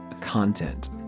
content